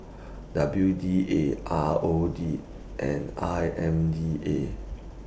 W D A R O D and I M D A